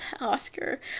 Oscar